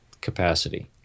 capacity